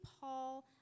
Paul